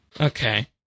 okay